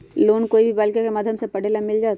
Loan कोई भी बालिका के माध्यम से पढे ला मिल जायत?